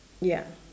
ya